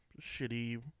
shitty